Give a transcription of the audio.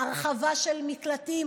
הרחבה של מקלטים.